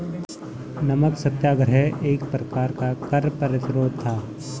नमक सत्याग्रह एक प्रकार का कर प्रतिरोध था